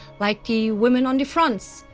like the women on the fronts,